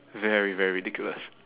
very very ridiculous